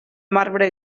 marbre